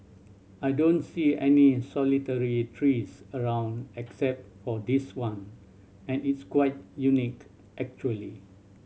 I don't see any solitary trees around except for this one and it's quite unique actually